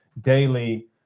daily